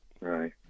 Right